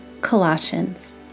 Colossians